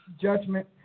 judgment